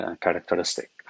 characteristic